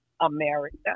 America